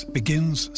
begins